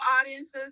audiences